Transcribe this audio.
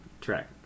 track